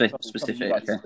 specific